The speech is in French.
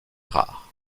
rare